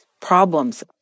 problems